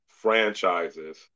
franchises